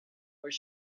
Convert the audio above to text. where